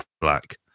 Black